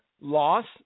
loss